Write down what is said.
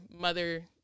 mother